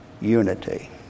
unity